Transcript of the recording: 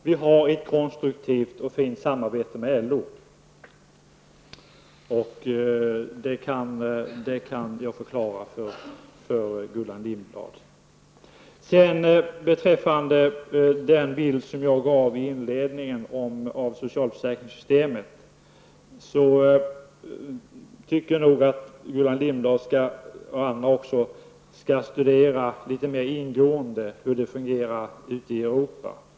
Vi har ett konstruktivt och fint samarbete med LO, det kan jag förklara för Vad beträffar den bild av sjukförsäkringssystemet som jag gav i inledningen tycker jag nog att Gullan Lindblad och andra också skall studera litet mer ingående hur det fungerar ute i Europa.